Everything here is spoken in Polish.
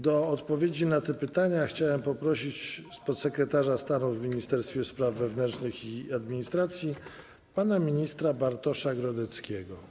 Do odpowiedzi na te pytania chciałem poprosić podsekretarza stanu w Ministerstwie Spraw Wewnętrznych i Administracji pana ministra Bartosza Grodeckiego.